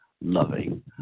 loving